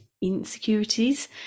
insecurities